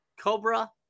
Cobra